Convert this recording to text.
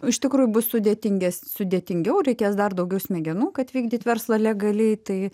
iš tikrųjų bus sudėtinges sudėtingiau reikės dar daugiau smegenų kad vykdyt verslą legaliai tai